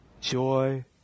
Joy